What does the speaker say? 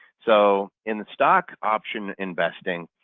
so in the stock option investing,